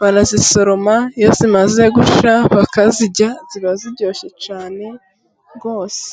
barazisoroma iyo zimaze gushya bakazirya ziba ziryoshye cyane rwose.